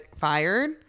fired